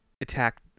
attack